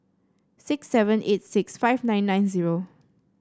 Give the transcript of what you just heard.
six seven eight six five nine nine zero